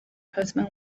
husband